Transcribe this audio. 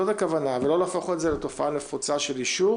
זאת הכוונה ולא להפוך את זה לתופעה נפוצה של אישור